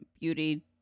beauty